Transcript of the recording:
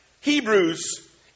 Hebrews